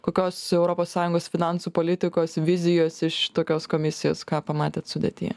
kokios europos sąjungos finansų politikos vizijos iš tokios komisijos ką pamatėt sudėtyje